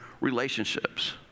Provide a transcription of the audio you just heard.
relationships